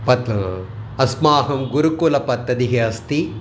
प्त्ल् अस्माकं गुरुकुलपद्धतिः अस्ति